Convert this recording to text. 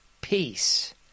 Peace